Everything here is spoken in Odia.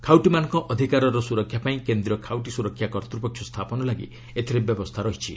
ଖାଉଟିମାନଙ୍କ ଅଧିକାରର ସୁରକ୍ଷା ପାଇଁ କେନ୍ଦ୍ରୀୟ ଖାଉଟି ସ୍ରରକ୍ଷା କର୍ତ୍ତପକ୍ଷ ସ୍ଥାପନ ଲାଗି ଏଥିରେ ବ୍ୟବସ୍ଥା ରହିଛି